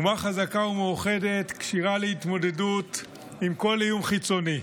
אומה חזקה ומאוחדת כשירה להתמודדות עם כל איום חיצוני,